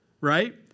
right